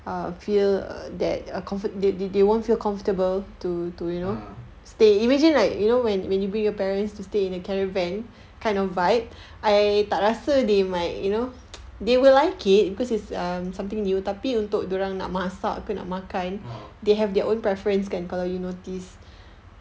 ah